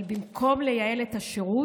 אבל במקום לייעל את השירות,